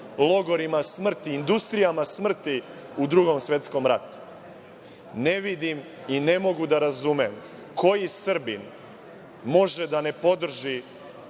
logorima smrti, industrijama smrti u Drugom svetskom ratu. Ne vidim i ne mogu da razumem koji Srbin može da ne podrži